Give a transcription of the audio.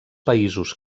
països